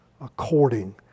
according